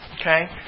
okay